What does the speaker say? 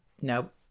nope